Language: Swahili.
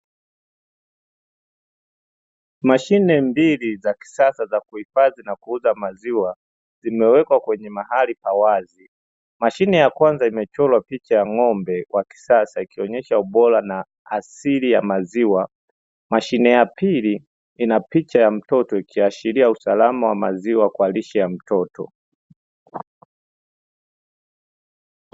Mashine mbili za kisasa za kuhifadhi na kuuza maziwa zimewekwa kwenye mahali pa wazi. Mashine ya kwanza imechorwa picha ya ng'ombe wa kisasa ikionyesha ubora wa asili wa maziwa. Mashine ya pili ina picha ya mtoto ikiashiria usalama wa maziwa kwa lishe ya mtoto.